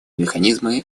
механизмы